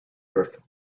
earth